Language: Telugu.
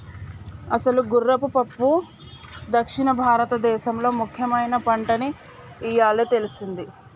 అసలు గుర్రపు పప్పు దక్షిణ భారతదేసంలో ముఖ్యమైన పంటని ఇయ్యాలే తెల్సింది